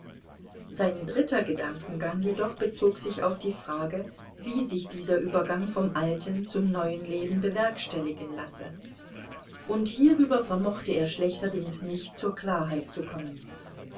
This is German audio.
sein dritter gedankengang jedoch bezog sich auf die frage wie sich dieser übergang vom alten zum neuen leben bewerkstelligen lasse und hierüber vermochte er schlechterdings nicht zur klarheit zu kommen